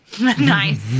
Nice